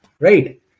right